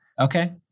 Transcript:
Okay